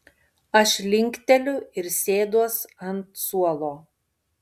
aš linkteliu ir sėduos ant suolo